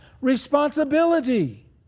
responsibility